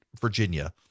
Virginia